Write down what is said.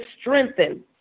strengthened